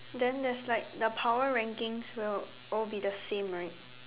then there's like the power rankings will all be the same right